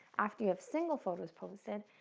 after you have single photos posted,